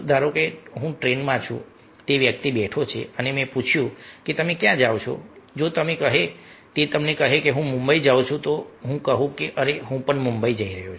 ધારો કે હું ટ્રેનમાં છું તે વ્યક્તિ બેઠો છે અને મેં પૂછ્યું કે તમે ક્યાં જાવ છો જો તે કહે કે હું મુંબઈ જાઉં છું તો હું કહું કે અરે હું પણ મુંબઈ જઈ રહ્યો છું